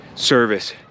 service